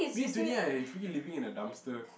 maybe twenty eight I freaking living in a dumpster